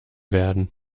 werden